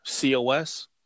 COS